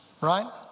Right